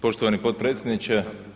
Poštovani potpredsjedniče.